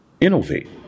innovate